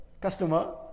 customer